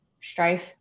strife